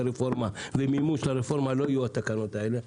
רפורמה ומימוש רפורמה לא יהיו התקנות האלה.